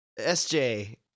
Sj